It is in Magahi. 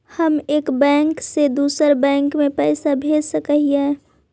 हम एक बैंक से दुसर बैंक में पैसा भेज सक हिय?